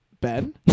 Ben